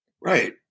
Right